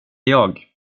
jag